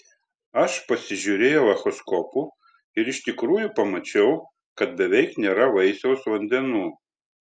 aš pasižiūrėjau echoskopu ir iš tikrųjų pamačiau kad beveik nėra vaisiaus vandenų